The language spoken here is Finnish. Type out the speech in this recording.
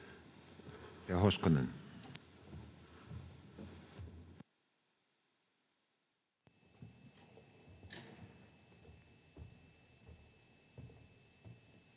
Hoskonen.